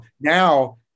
Now